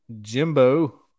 Jimbo